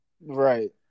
right